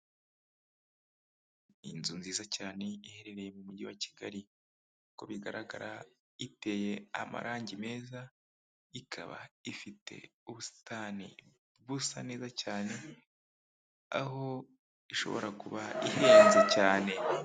Inzu nziza cyane iherereye mu mujyi wa Kigali uko bigaragara iteye amarangi meza ikaba ifite ubusitani busa neza cyane aho ishobora kuba ihenze cyane.